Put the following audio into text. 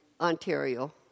Ontario